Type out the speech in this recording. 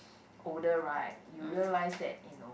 older right you realise that you know